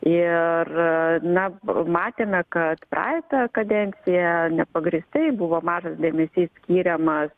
ir na matėme kad praeitą kadenciją nepagrįstai buvo mažas dėmesys skiriamas